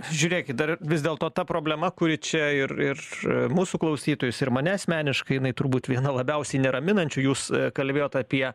žiūrėkit dar vis dėlto ta problema kuri čia ir ir mūsų klausytojus ir mane asmeniškai jinai turbūt viena labiausiai neraminančių jūs kalbėjot apie